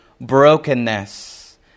brokenness